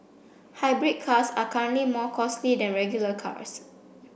hybrid cars are currently more costly than regular cars